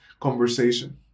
conversation